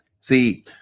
See